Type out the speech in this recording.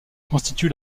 constitue